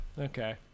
Okay